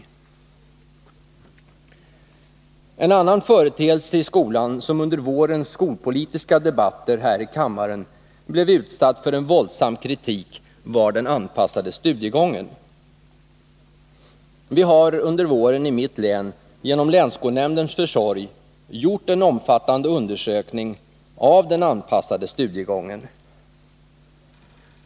En annan företeelse i skolan som under vårens skolpolitiska debatter här i kammaren blev utsatt för en våldsam kritik var den anpassade studiegången. Vi har under våren i mitt län genom länsskolnämndens försorg gjort en omfattande undersökning av den anpassade studiegången.